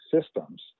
systems